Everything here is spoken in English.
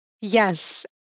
Yes